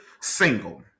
single